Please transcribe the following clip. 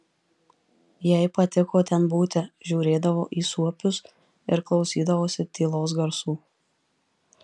jai patiko ten būti žiūrėdavo į suopius ir klausydavosi tylos garsų